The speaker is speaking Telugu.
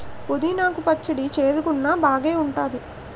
పుదీనా కు పచ్చడి సేదుగున్నా బాగేఉంటాది